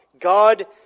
God